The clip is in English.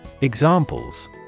Examples